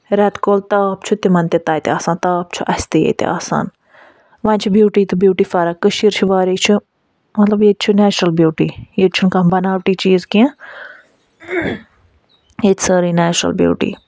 رٮ۪تہٕ کول تاپھ چھِ تِمَن تہِ تَتہِ آسان تاپھ چھُ اَسہِ تہِ ییٚتہِ آسان وۄنۍ چھِ بیوٗٹی تہِ بیوٗٹی فرق کٔشیٖر چھِ واریاہ یہِ چھِ مطلب ییٚتہِ چھِ نٮ۪چرَل بیوٗٹی ییٚتہِ چھُنہٕ کانٛہہ بناوٹی چیٖز کیٚنہہ ییٚتہِ سٲرٕے نٮ۪چرَل بیوٗٹی